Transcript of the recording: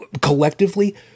Collectively